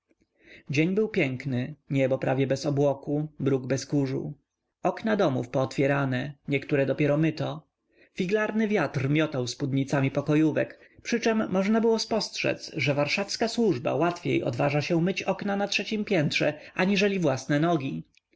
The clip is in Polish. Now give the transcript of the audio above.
dzień był piękny niebo prawie bez obłoku bruk bez kurzu okna domów pootwierane niektóre dopiero myto figlarny wiatr miotał spódnicami pokojówek przyczem można było spostrzedz że warszawska służba łatwiej odważa się myć okna na trzeciem piętrze aniżeli własne nogi